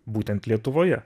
būtent lietuvoje